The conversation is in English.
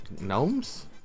gnomes